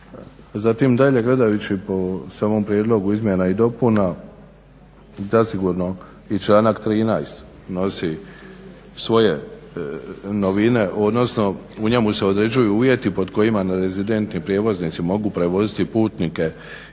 Zatim dalje gledajući po samom prijedlogu izmjena i dopuna zasigurno i članak 13. nosi svoje novine, odnosno u njemu se određuju uvjeti pod kojima na rezidentni prijevoznici mogu prevoziti putnike ili